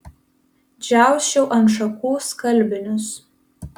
džiausčiau ant šakų skalbinius